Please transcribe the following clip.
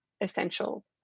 essential